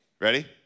Ready